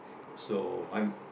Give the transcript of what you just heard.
so I'm